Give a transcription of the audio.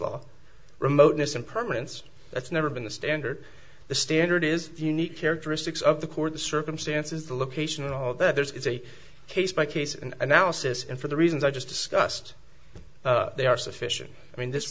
law remoteness and permanence that's never been the standard the standard is unique characteristics of the court the circumstances the location and all that there is a case by case and analysis and for the reasons i just discussed they are sufficient i mean this